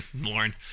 Lauren